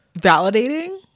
validating